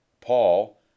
Paul